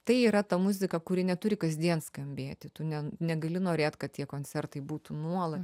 tai yra ta muzika kuri neturi kasdien skambėti tu ne negali norėt kad tie koncertai būtų nuolat